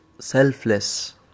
selfless